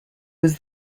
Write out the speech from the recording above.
was